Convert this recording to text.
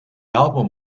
album